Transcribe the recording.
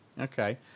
Okay